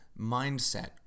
mindset